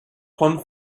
one